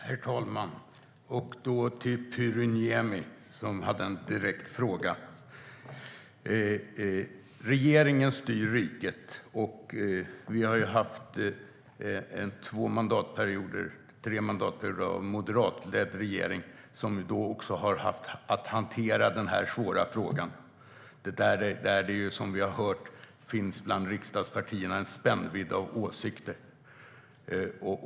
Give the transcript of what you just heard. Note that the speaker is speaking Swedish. Herr talman! Jag vänder mig till Pyry Niemi, som hade en direkt fråga. Regeringen styr riket. Vi har haft två mandatperioder av en moderatledd regering som då har haft att hantera den här svåra frågan där det, som vi har hört, bland riksdagspatierna finns en spännvidd av åsikter.